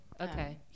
okay